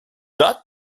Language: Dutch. dat